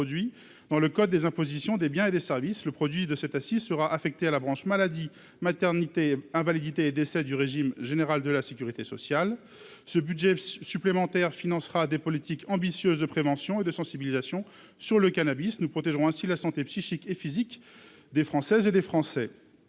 dans le code des impositions sur les biens et services. Le produit de cette accise sera affecté aux branches maladie, maternité, invalidité et décès du régime général de la sécurité sociale, afin de financer des politiques ambitieuses de prévention et de sensibilisation sur le cannabis. Nous protégerons ainsi la santé psychique et physique des Français. Le cannabis